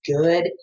good